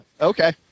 Okay